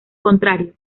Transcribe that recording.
contrario